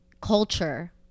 culture